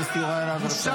אתה קורא לאלמנה שכולה,